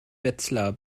wetzlar